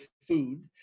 food